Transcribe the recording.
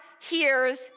hears